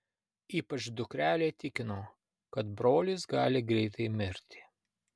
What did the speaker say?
ypač dukrelė tikino kad brolis gali greitai mirti